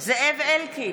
זאב אלקין,